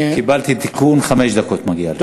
קיבלתי תיקון, חמש דקות מגיעות לך.